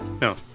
No